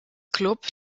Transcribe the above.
club